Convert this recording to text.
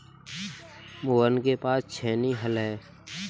मोहन के पास छेनी हल है